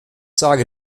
sage